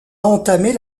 entamer